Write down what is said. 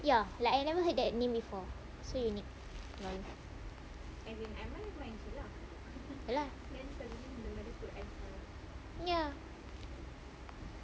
ya like I never heard that name before so unique ya lah ya